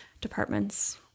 departments